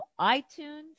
iTunes